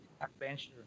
adventure